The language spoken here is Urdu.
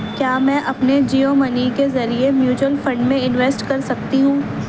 کیا میں اپنے جیو منی کے ذریعے میوچوئل فنڈ میں انویسٹ کر سکتی ہوں